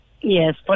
Yes